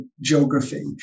geography